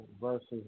versus